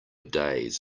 days